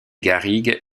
garrigues